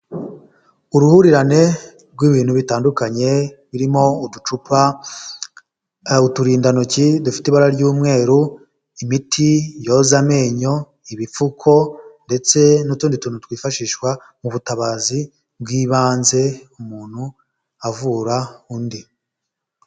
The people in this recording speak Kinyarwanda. Uruhurirane rw'ibintu bitandukanye birimo uducupa, uturindantoki dufite ibara ry'umweru, imiti yoza amenyo, ibipfuko ndetse n'utundi tuntu twifashishwa mu butabazi bw'ibanze umuntu avura undi.